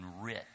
rich